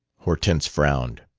hortense frowned.